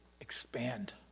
expand